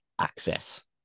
access